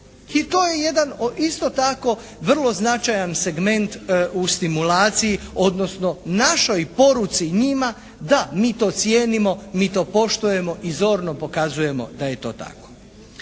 I to je jedan isto tako vrlo značajan segment u stimulaciji odnosno našoj poruci njima: Da, mi to cijenimo. Mi to poštujemo. I zorno pokazujemo da je to tako.